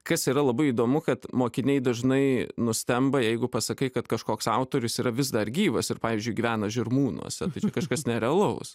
kas yra labai įdomu kad mokiniai dažnai nustemba jeigu pasakai kad kažkoks autorius yra vis dar gyvas ir pavyzdžiui gyvena žirmūnuose kažkas nerealaus